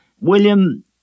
William